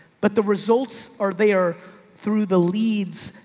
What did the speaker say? but the results are there through the leads,